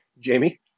Jamie